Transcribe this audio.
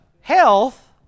health